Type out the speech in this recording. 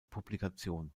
publikation